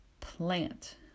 Plant